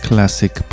classic